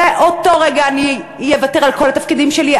באותו רגע אני אוותר על כל התפקידים שלי,